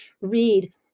read